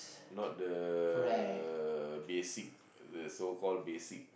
not the~ basic the so called basic